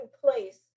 place